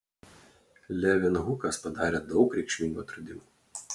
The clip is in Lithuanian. levenhukas padarė daug reikšmingų atradimų